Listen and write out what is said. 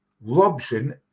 Robson